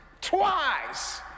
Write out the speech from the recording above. twice